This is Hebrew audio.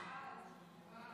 תודה רבה.